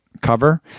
cover